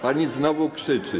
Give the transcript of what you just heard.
Pani znowu krzyczy.